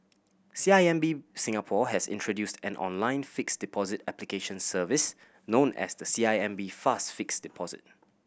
C I M B Singapore has introduced an online fixed deposit application service known as the C I M B Fast Fixed Deposit